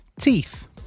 teeth